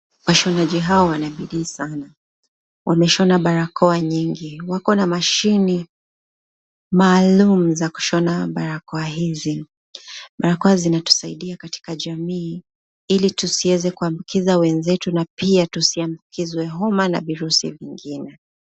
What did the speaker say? Washonaji hawa wana bidii sana, wameshona barakoa nyingi. Wako na mashini maalum za kushona barakoa hizi, barakoa zinatusaidia katika jamii ili tusiweze kuambukiza wenzetu ,na pia tusiambukizwe homa na virusi vingine.